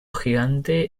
gigante